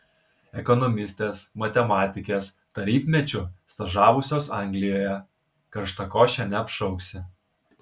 ekonomistės matematikės tarybmečiu stažavusios anglijoje karštakoše neapšauksi